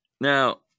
Now